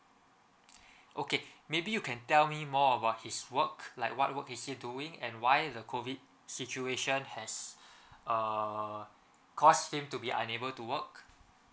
okay maybe you can tell me more about his work like what work is he doing and why is the COVID situation has err caused him to be unable to work